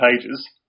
pages